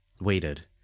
waited